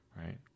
right